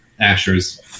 Asher's